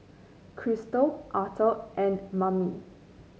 Kristal Arthur and Mame